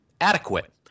adequate